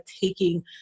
taking